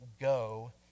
go